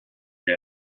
der